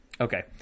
Okay